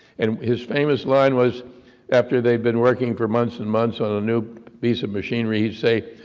and his famous line was after they'd been working for months and months on a new piece of machinery, he'd say,